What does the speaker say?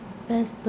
best